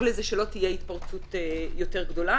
לזה שלא תהיה התפרצות יותר גדולה,